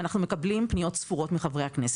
ואנחנו מקבלים פניות ספורות מחברי הכנסת.